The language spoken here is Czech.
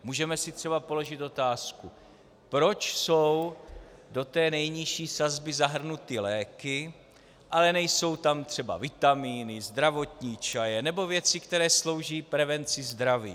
Můžeme si třeba položit otázku, proč jsou do nejnižší sazby zahrnuty léky, ale nejsou tam třeba vitaminy, zdravotní čaje nebo věci, které slouží k prevenci zdraví.